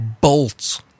bolts